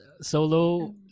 solo